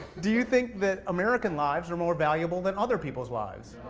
do you think that american lives are more valuable than other peoples lives?